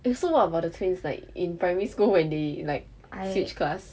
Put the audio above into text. eh so what about the twins like in primary school when they like switch class so